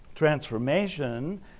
transformation